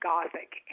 Gothic